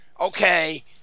Okay